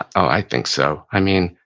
i think so. i mean,